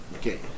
Okay